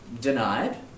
denied